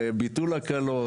ביטול הקלות.